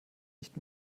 nicht